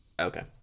Okay